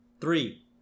three